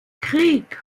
krieg